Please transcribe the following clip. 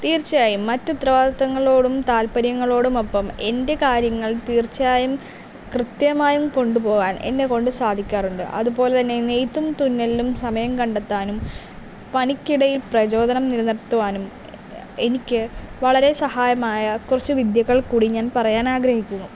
തീർച്ചയായും മറ്റ് ഉത്തരവാദിത്തങ്ങളോടും താല്പര്യങ്ങളോടും ഒപ്പം എൻ്റെ കാര്യങ്ങൾ തീർച്ചയായും കൃത്യമായും കൊണ്ടുപോകാൻ എന്നെ കൊണ്ട് സാധിക്കാറുണ്ട് അതുപോലെ തന്നെ നെയ്ത്തും തുന്നൽനും സമയം കണ്ടെത്താനും പണിക്കിടയിൽ പ്രചോദനം നിലനിർത്തുവാനും എനിക്ക് വളരെ സഹായമായ കുറച്ച് വിദ്യകൾ കൂടി ഞാൻ പറയാൻ ആഗ്രഹിക്കുന്നു